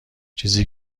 چیزی